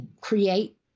create